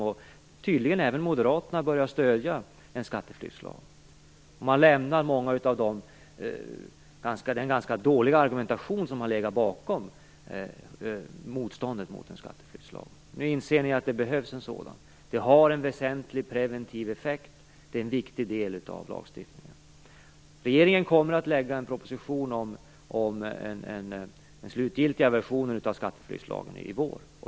Det är tydligt att moderaterna har börjat att stödja en skatteflyktslag. Man lämnar den ganska dåliga argumentation som har legat bakom motståndet mot en skatteflyktslag. Nu inser ni att det behövs en sådan lag, som har en viktig preventiv effekt och är en viktig del av lagstiftningen. Regeringen kommer att lägga fram en proposition om den slutliga versionen av skatteflyktslagen i vår.